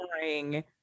boring